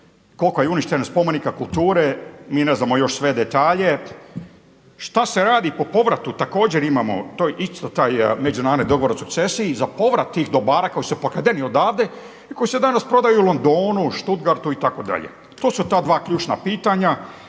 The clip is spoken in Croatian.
koliko je uništeno spomenika kulture, mi ne znamo još sve detalje? Šta se radi po povratu, također imamo to isto taj međunarodni dogovor o sukcesiji, za povrat tih dobara koji su pokradeni odavdje i koji se danas prodaju u Londonu, Stuttgartu itd. I to su ta dva ključna pitanja.